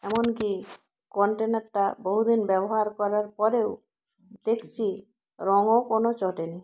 এমন কি কন্টেনারটা বহু দিন ব্যবহার করার পরেও দেখছি রঙও কোনো চটেনি